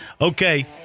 Okay